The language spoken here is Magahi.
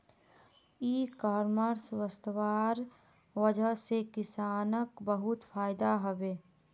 इ कॉमर्स वस्वार वजह से किसानक बहुत फायदा हबे